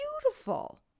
beautiful